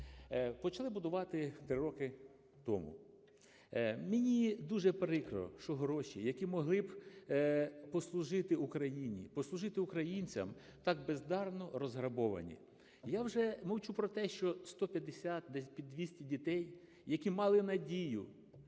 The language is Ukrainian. Почали будувати 3 роки тому. Мені дуже прикро, що гроші, які могли б послужити Україні, послужити українцям, так бездарно розграбовані. Я вже мовчу про те, що 150 (десь під 200) дітей, які мали надію,